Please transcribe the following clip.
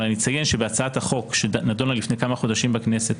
אבל אני אציין שבהצעת החוק שנדונה לפני כמה חודשים בכנסת